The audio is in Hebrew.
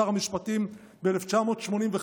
שר המשפטים ב-1985,